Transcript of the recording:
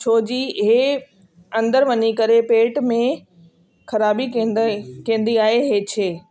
छोजी इहे अंदरु वञी करे पेट में खराबी कंदा कंदी आहे इहे शइ